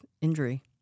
injury